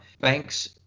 banks